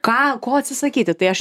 ką ko atsisakyti tai aš